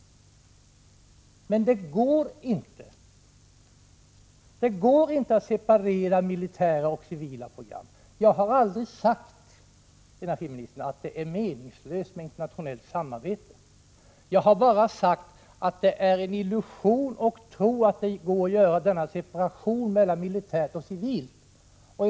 Men det går inte att separera militära och civila program. Jag har aldrig sagt, energiministern, att det är meningslöst med internationellt samarbete. Jag har bara sagt att det är en illusion att det går att göra en sådan separation mellan militärt och civilt.